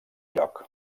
lloc